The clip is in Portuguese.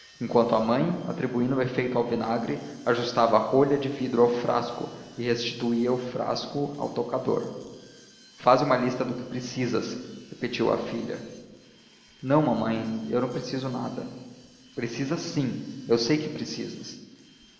enquanto a mãe atribuindo o efeito ao vinagre ajustava a rolha de vidro ao frasco e restituía o frasco ao toucador faze uma lista do que precisas repetiu à filha não mamãe eu não preciso nada precisas sim eu sei o que precisas